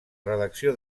redacció